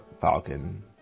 Falcon